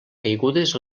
caigudes